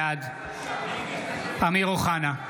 בעד אמיר אוחנה,